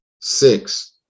six